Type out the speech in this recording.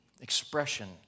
expression